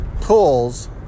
tools